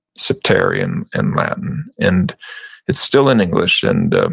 septarian in latin. and it's still in english. and